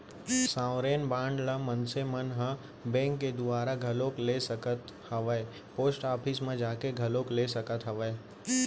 sovereign bond ल मनसे मन ह बेंक के दुवारा घलोक ले सकत हावय पोस्ट ऑफिस म जाके घलोक ले सकत हावय